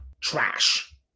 trash